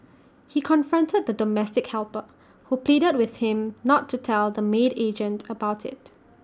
he confronted the domestic helper who pleaded with him not to tell the maid agent about IT